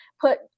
put